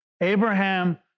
Abraham